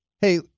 hey